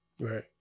Right